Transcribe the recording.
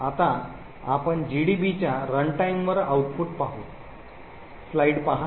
आता आपण जीडीबीच्या रनटाइमवर आउटपुट पाहू